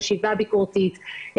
חשיבה ביקורתית,